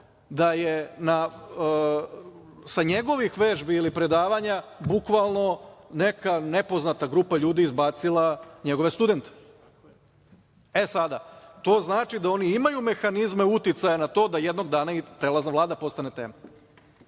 da je sa njegovih vežbi ili predavanja bukvalno neka nepoznata grupa izbacila njegove studente. E, sada to znači da oni imaju mehanizme uticaja na to da jednog dana i prelazna Vlada postane tema. Ono